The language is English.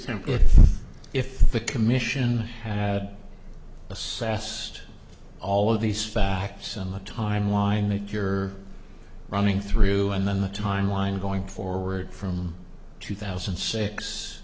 tempered if the commission had assessed all of these facts and the timeline that you're running through and then the time line going forward from two